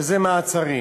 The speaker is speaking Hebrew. שזה מעצרים.